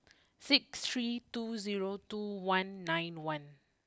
six three two zero two one nine one